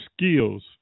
skills